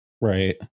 Right